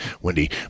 Wendy